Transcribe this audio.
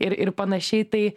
ir ir panašiai tai